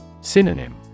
Synonym